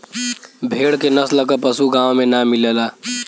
भेड़ के नस्ल क पशु गाँव में ना मिलला